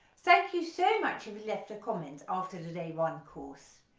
thank you so much he we left a comment after today one course.